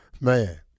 Man